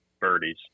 birdies